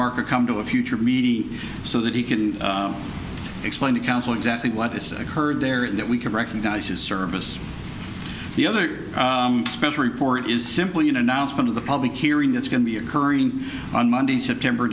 mark come to a future meet so that he can explain to council exactly what is occurred there in that we can recognize his service the other special report is simply an announcement of the public hearing that's going to be occurring on monday september